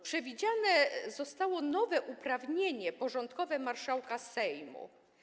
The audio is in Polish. Przewidziane zostało nowe uprawnienie porządkowe marszałka Sejmu.